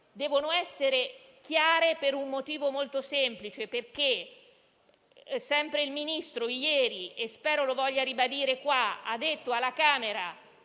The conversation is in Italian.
devono essere chiare per un motivo molto semplice. Sempre il Ministro ieri - spero voglia ribadirlo anche oggi - ha detto alla Camera